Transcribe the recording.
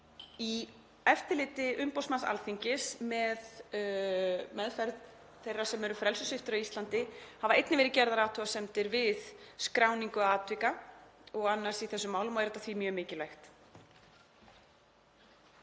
Í eftirliti umboðsmanns Alþingis með meðferð þeirra sem eru frelsissviptir á Íslandi hafa einnig verið gerðar athugasemdir við skráningu atvika og annars í þessum málum og er þetta því mjög mikilvægt.